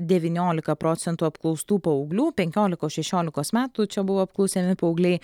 devyniolika procentų apklaustų paauglių penkiolikos šešiolikos metų čia buvo apklausiami paaugliai